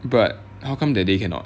but how come that day cannot